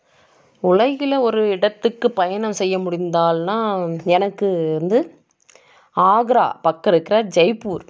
உலகில் ஒரு இடத்துக்கு பயணம் செய்ய முடிந்தால்னா எனக்கு வந்து ஆக்ரா பக்கமிருக்கிற ஜெய்ப்பூர்